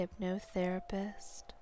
Hypnotherapist